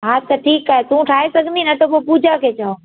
हा त ठीकु आहे तूं ठाहे सघंदी न त पोइ पूजा खे चवां